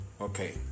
Okay